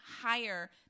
higher